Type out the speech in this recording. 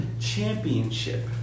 Championship